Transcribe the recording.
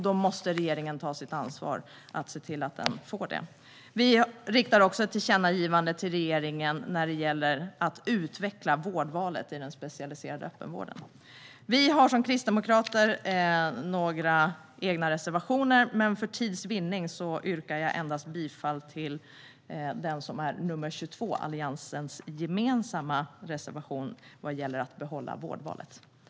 Då måste regeringen ta sitt ansvar och se till att den får det. Vi föreslår också att riksdagen riktar ett tillkännagivande till regeringen när det gäller att utveckla vårdvalet i den specialiserade öppenvården. Kristdemokraterna har några egna reservationer, men för tids vinnande yrkar jag bifall endast till reservation 22, som är Alliansens gemensamma reservation vad gäller att behålla vårdvalet.